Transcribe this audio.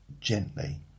gently